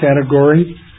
category